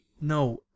no